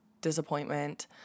disappointment